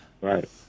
Right